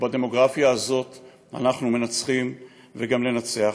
ובדמוגרפיה הזאת אנחנו מנצחים וגם ננצח.